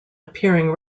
appearing